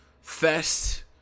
fest